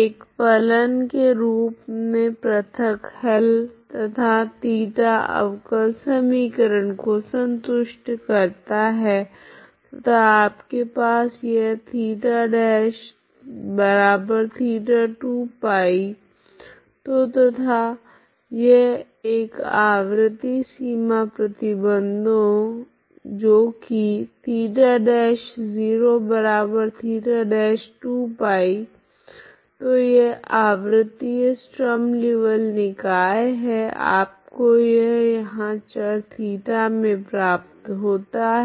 एक फलन के रूप मे प्रथक हल तथा ϴ अवकल समीकरण को संतुष्ट करता है तथा आपके पास यह ϴ'θ ϴ2π तो तथा यह एक आवृति सीमा प्रतिबंधों जो की ϴ' ϴ'2 π तो यह आवृतिय स्ट्रीम लीऔविल्ले निकाय है आपको यह यहाँ चर θ मे प्राप्त होता है